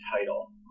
title